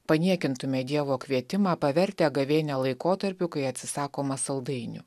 paniekintume dievo kvietimą pavertę gavėnią laikotarpiu kai atsisakoma saldainių